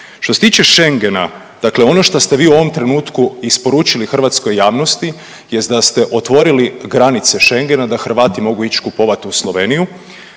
Što se tiče Schengena, dakle ono što se vi u ovom trenutku isporučili hrvatskoj javnosti jest da se otvori granice Schengena da Hrvati mogu ići kupovat u Sloveniju.